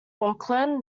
auckland